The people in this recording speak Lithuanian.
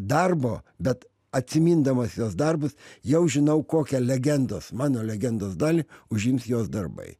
darbo bet atsimindamas jos darbus jau žinau kokia legendos mano legendos dalį užims jos darbai